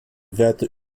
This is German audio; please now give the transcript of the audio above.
werte